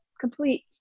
complete